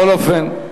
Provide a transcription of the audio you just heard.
בכל אופן,